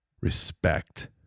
respect